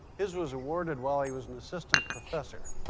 his was awarded while he was an assistant professor.